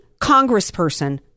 Congressperson